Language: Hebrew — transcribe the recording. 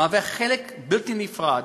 הוא חלק בלתי נפרד